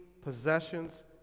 possessions